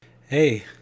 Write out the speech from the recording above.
Hey